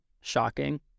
shocking